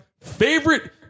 favorite